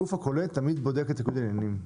הגוף הקולט תמיד בודק את ניגוד העניינים.